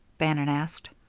bannon asked.